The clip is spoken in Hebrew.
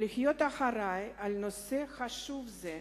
להיות אחראי על נושא חשוב זה,